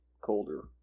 colder